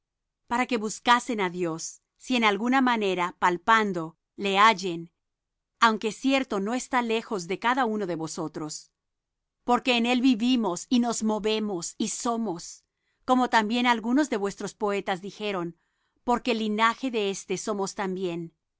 para que buscasen á dios si en alguna manera palpando le hallen aunque cierto no está lejos de cada uno de nosotros porque en él vivimos y nos movemos y somos como también algunos de vuestros poetas dijeron porque linaje de éste somos también